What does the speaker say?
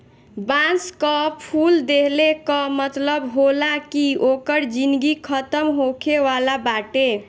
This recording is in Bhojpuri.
बांस कअ फूल देहले कअ मतलब होला कि ओकर जिनगी खतम होखे वाला बाटे